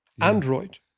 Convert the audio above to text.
Android